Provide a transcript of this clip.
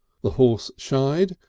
the horse shied,